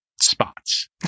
spots